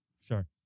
Sure